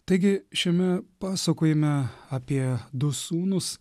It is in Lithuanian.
taigi šiame pasakojime apie du sūnus